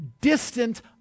distant